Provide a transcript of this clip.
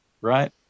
Right